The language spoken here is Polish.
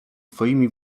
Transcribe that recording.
twoimi